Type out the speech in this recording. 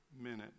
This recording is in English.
minute